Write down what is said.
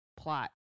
plot